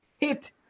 hit